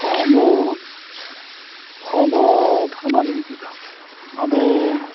ᱦᱚᱲᱢᱚ ᱦᱚᱲᱢᱚ ᱛᱷᱟᱢᱟᱣ ᱞᱟᱹᱜᱤᱫ ᱛᱮᱫᱚ ᱟᱵᱚ